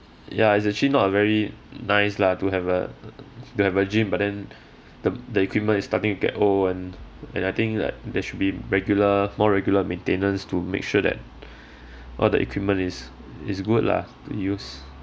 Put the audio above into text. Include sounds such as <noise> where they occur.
ya it's actually not a very nice lah to have a to have a gym but then the the equipment is starting to get old and and I think that there should be regular more regular maintenance to make sure that <breath> all the equipment is is good lah to use